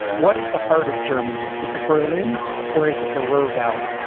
what is the heart of germany? is it berlin or is it the ruhr valley?